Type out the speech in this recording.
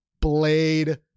blade